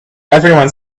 everyone